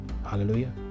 Hallelujah